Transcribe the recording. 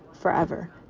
forever